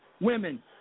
women